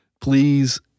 Please